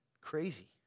crazy